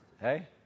Hey